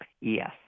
Yes